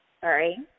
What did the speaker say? sorry